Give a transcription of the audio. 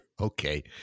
Okay